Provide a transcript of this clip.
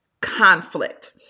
conflict